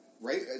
Right